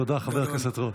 תודה, חבר הכנסת רוט.